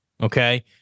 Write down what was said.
Okay